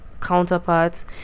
counterparts